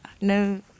no